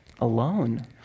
alone